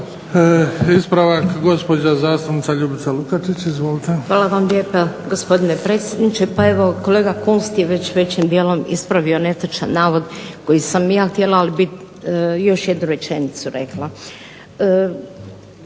Ispravak gospođa zastupnica Ljubica Lukačić. Izvolite. **Lukačić, Ljubica (HDZ)** Hvala vam lijepa gospodine predsjedniče. Pa evo kolega Kunst je već većim dijelom ispravio netočan navod koji sam ja htjela. Ali bih još jednu rečenicu rekla.